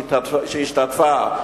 שהשתתפה,